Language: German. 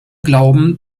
glauben